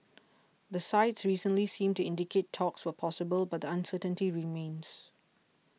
the sides recently seemed to indicate talks were possible but the uncertainty remains